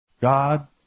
God